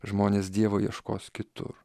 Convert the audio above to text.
žmonės dievo ieškos kitur